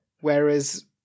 whereas